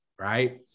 right